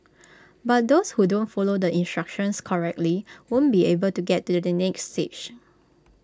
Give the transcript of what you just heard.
but those who don't follow the instructions correctly won't be able to get to the next stage